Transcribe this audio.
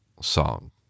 song